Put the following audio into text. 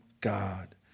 God